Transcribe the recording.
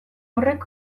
horrek